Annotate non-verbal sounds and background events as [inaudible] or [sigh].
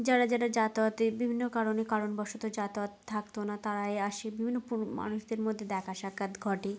যারা যেটা যাতায়াতের বিভিন্ন কারণে কারণবশত যাতায়াত থাকতো না তারাই আসে বিভিন্ন [unintelligible] মানুষদের মধ্যে দেখা সাক্ষাৎ ঘটে